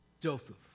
Joseph